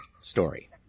story